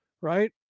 right